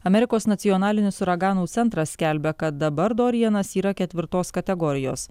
amerikos nacionalinis uraganų centras skelbia kad dabar dorianas yra ketvirtos kategorijos